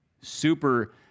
super